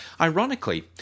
Ironically